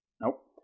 Nope